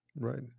Right